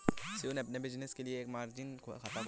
शिव ने अपने बिज़नेस के लिए एक मार्जिन खाता खोला